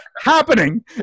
happening